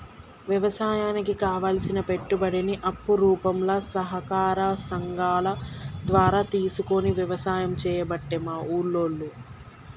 వ్యవసాయానికి కావలసిన పెట్టుబడిని అప్పు రూపంల సహకార సంగాల ద్వారా తీసుకొని వ్యసాయం చేయబట్టే మా ఉల్లోళ్ళు